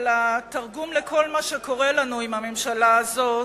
אלא תרגום לכל מה שקורה לנו עם הממשלה הזאת,